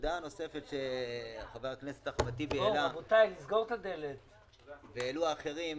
הנקודה הנוספת שחבר הכנסת אחמד טיבי העלה והעלו אחרים,